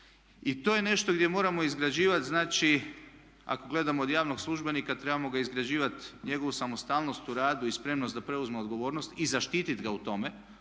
I to je nešto gdje moramo izgrađivati, znači ako gledamo od javnog službenika trebamo ga izgrađivati njegovu samostalnost u radu i spremnost da preuzme odgovornost i zaštiti ga u tome